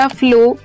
flow